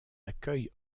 accueille